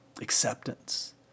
Acceptance